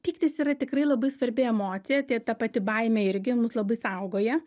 pyktis yra tikrai labai svarbi emocija tiek ta pati baimė irgi mus labai saugoja